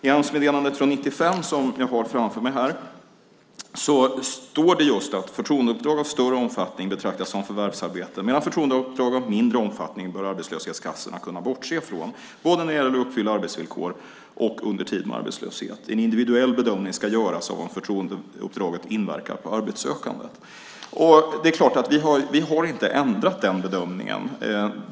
I Amsmeddelandet från 1995 står det att förtroendeuppdrag av större omfattning betraktas som förvärvsarbete medan förtroendeuppdrag av mindre omfattning bör arbetslöshetskassorna bortse från både när det gäller att uppfylla arbetsvillkor och under tid av arbetslöshet. En individuell bedömning ska göras av om förtroendeuppdraget inverkar på arbetssökandet. Vi har inte ändrat den bedömningen.